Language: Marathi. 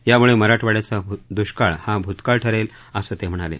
यामुळे मराठवाङ्याचा दृष्काळ हा भूतकाळ ठरेल असं ते म्हणाले